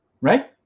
right